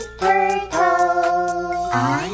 turtle